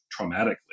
traumatically